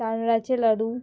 तांदळाचें लाडू